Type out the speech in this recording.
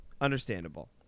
understandable